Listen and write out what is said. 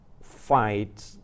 fight